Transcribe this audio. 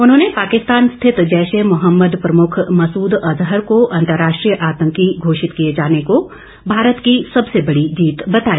उन्होंने पाकिस्तान स्थित जैश ए मोहम्मद प्रमुख मसूद अजहर को अंतर राष्ट्रीय आतंकी घोषित किए जाने को भारत की सबसे बड़ी जीत बताया